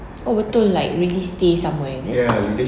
oh betul like really stay somewhere is it